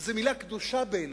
וזו מלה קדושה בעיני,